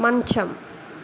మంచం